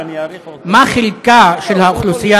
רצוני לשאול: 1. מה חלקה של החברה